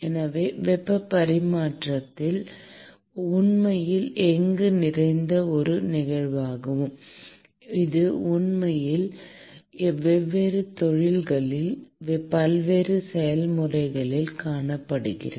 எனவே வெப்பப் பரிமாற்றம் உண்மையில் எங்கும் நிறைந்த ஒரு நிகழ்வாகும் இது உண்மையில் வெவ்வேறு தொழில்களில் பல்வேறு செயல்முறைகளில் காணப்படுகிறது